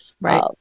Right